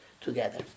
together